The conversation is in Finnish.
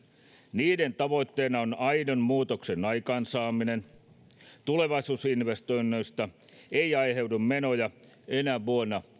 niiden tavoitteena on aidon muutoksen aikaansaaminen tulevaisuusinvestoinneista ei aiheudu menoja enää vuonna